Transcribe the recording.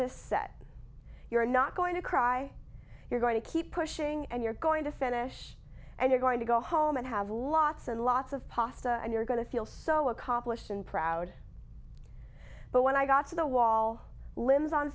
this set you're not going to cry you're going to keep pushing and you're going to finish and you're going to go home and have lots and lots of pasta and you're going to feel so accomplished and proud but when i got to the wall limbs on